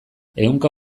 ehunka